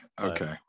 Okay